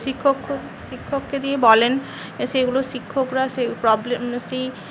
শিক্ষক খুব শিক্ষককে গিয়ে বলেন সেগুলো শিক্ষকরা সে প্রব্লেম সেই